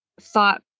thought